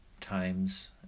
times